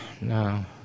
No